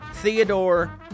Theodore